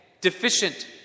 deficient